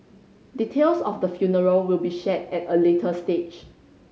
details of the funeral will be shared at a later stage